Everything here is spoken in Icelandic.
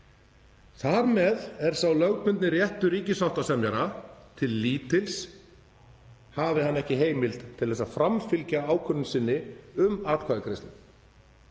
Þar með er sá lögbundni réttur ríkissáttasemjara til lítils hafi hann ekki heimild til að framfylgja ákvörðun sinni um atkvæðagreiðslu.